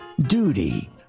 duty